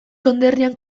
konderrian